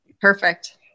Perfect